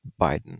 biden